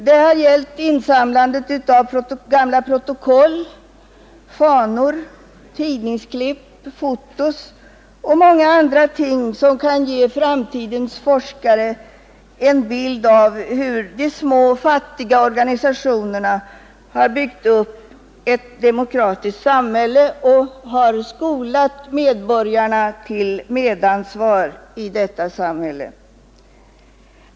Det har gällt insamlandet av gamla protokoll, fanor, tidningsklipp, foton och många andra ting som kan ge framtidens forskare en bild av hur de små, fattiga organisationerna har byggt upp ett demokratiskt samhälle och skolat medborgarna till medansvar i detta samhälle.